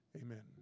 amen